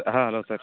hello sir